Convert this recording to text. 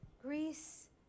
Greece